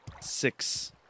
six